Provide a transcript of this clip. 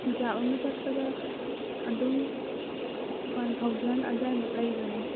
reserve ꯑꯃ ꯆꯠꯄꯗ ꯑꯗꯨꯝ ꯋꯥꯟ ꯊꯥꯎꯖꯟ ꯑꯗ꯭ꯋꯥꯏꯃꯨꯛ ꯂꯩꯕꯅꯦ